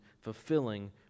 fulfilling